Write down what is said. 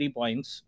points